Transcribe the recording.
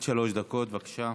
עד שלוש דקות, בבקשה.